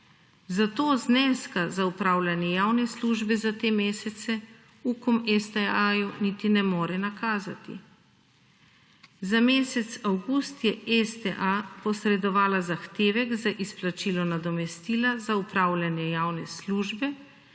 Zato zneska za upravljanje javne službe za te mesece UKOM STA-ju niti ne more nakazati. Za mesec avgust je STA posredovala zahtevek za izplačilo nadomestila za upravljanje javne službe,